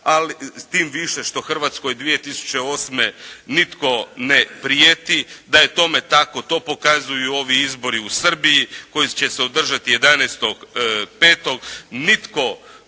možda, tim više što Hrvatskoj 2008. nitko ne prijeti. Da je tome tako to pokazuju ovi izbori u Srbiji koji će se održati 11.5. Nitko,